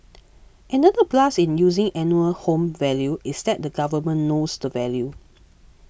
another plus in using annual home value is that the Government knows the value